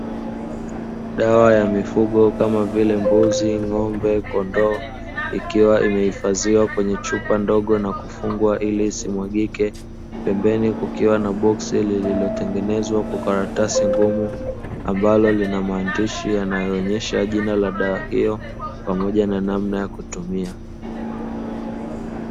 Dawa ya mifugo kama vile mbuzi, ng'ombe na kondoo ikiwa imehifadhiwa kwenye chupa ndogo na kufungwa ili isimwagike, pembeni kukiwa boksi lililotengenezwa kwa karatasi ngumu ambalo lina maandishi yanayoonyesha jina la dawa hiyo pamoja na namna ya kutumia.